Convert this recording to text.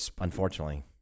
unfortunately